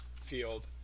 field